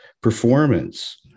performance